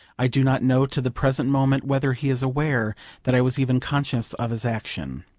i do not know to the present moment whether he is aware that i was even conscious of his action.